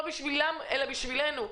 לא בשבילם אלא בשבילנו,